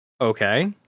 Okay